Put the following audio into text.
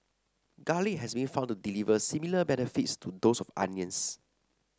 garlic has been found to deliver similar benefits to those of onions